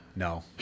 No